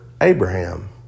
Abraham